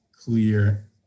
clear